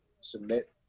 submit